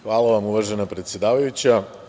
Hvala vam uvažena predsedavajuća.